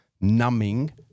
numbing